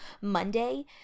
Monday